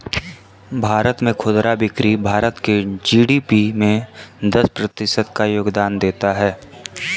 भारत में खुदरा बिक्री भारत के जी.डी.पी में दस प्रतिशत का योगदान देता है